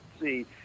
see